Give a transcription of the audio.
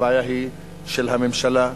הבעיה היא של הממשלה.